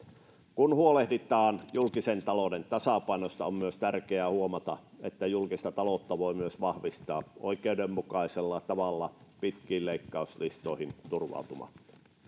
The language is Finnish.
kun huolehditaan julkisen talouden tasapainosta on myös tärkeää huomata että julkista taloutta voi vahvistaa myös oikeudenmukaisella tavalla pitkiin leikkauslistoihin turvautumatta